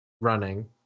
running